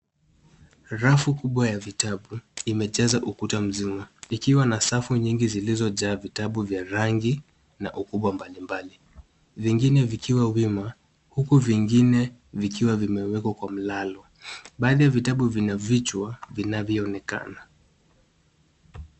Rafu kubwa ya vitabu imejaza ukuta mzima. Ikiwa na safu nyingi zilizojaa vitabu vya rangi, na ukubwa mbali mbali. Vingine vikiwa wima, huku vingine vikiwa vimewekwa kwa mlalo. Baadhi ya vitabu vina vichwa vinavyo onekana.